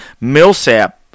Millsap